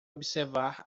observar